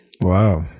Wow